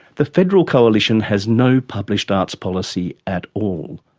the federal coalition has no published arts policy at all.